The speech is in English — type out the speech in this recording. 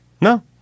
No